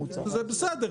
זה בסדר,